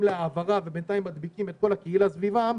להעברה ובינתיים מדביקים את כל הקהילה סביבם,